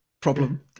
problem